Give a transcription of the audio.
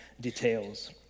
details